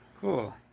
Cool